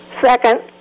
Second